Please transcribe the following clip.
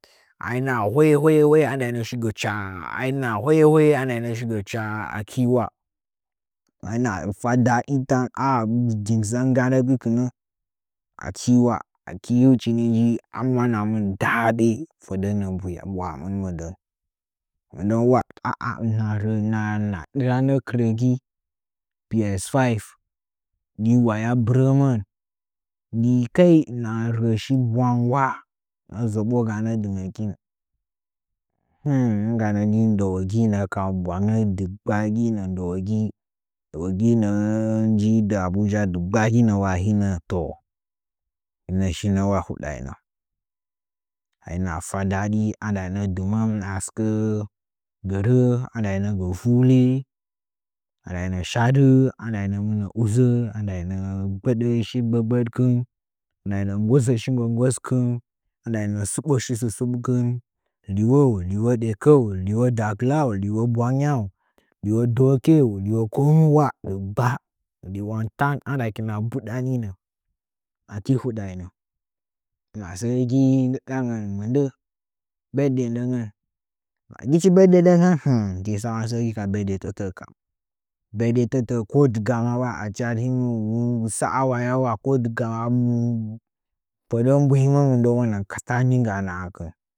A hinəa boye boye indaina shi gə chaa. Ahinəa həye hoye andaina shi gə chaa aki ula ɓarinə fa dadi dɨn dən ganə gbək nə aki wa akiyu chi nji mwan amɨn daaɗi fədə nə’ə bwahamɨn mɨndə mɨndən ula a rə ana dɨ ranən kɨrəgi piyes five ndɨ wayabɨ rəmən ndɨkɨl hi’nə rəshi bwanga ula nə’ə zəɓogaŋa dɨ ngəkin nɨngganə dii ndəwoging nəka bwangə nə’ ə ka bwangə ndəwoging ŋə’ə nji dɨ abuja dɨgba ‘gin ə ula hinə toh shinə wa huɗainə a hina fe daɗi hinə dɨmə ‘əinə asɨkə gərə andaina gə fuli a ndaina shadɨ andaina mɨnə udzə andaina gbədə shi gbəgbəɗkɨn andaina nggosə shi nggoskɨn andain tsɨbo shi tsɨ-tsɨɓkin uwoun liwo dekəu liu dagilau bwangyau liwo doko u uwo kawo uwa dɨgba liwon tan andakina mbudaninə aki hudainə masəə gi ndɨdangən mɨndə badday ndəngən ma gɨchi badday ndəngən in tsam səə gi ka badday ndən gən kane badday tə tə’ə ko dɨgama ʊa achim har yim gə sa’a wayau wa ko ɗima fədə mbuhin mɨndəunəngənkɨn.